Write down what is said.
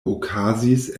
okazis